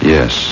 Yes